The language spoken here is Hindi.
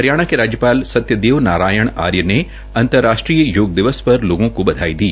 हरियाणा के राज्यपाल सत्यदेव नारायण आर्य ने अंतर्राष्ट्रीय योग दिवस पर लोगों को बधाई दी